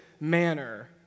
manner